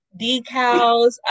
decals